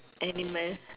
animal